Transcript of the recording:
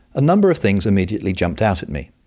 a number of things immediately jumped out at me.